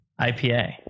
IPA